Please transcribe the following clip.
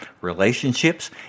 relationships